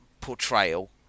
portrayal